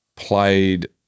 Played